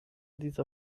dieser